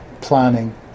planning